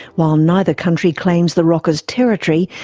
while neither country claims the rock as territory,